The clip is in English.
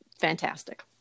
fantastic